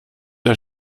der